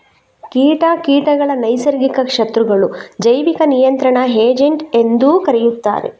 ಕೀಟ ಕೀಟಗಳ ನೈಸರ್ಗಿಕ ಶತ್ರುಗಳು, ಜೈವಿಕ ನಿಯಂತ್ರಣ ಏಜೆಂಟ್ ಎಂದೂ ಕರೆಯುತ್ತಾರೆ